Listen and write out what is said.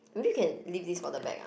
maybe can leave this for the back ah